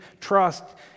trust